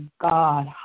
God